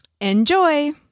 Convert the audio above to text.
Enjoy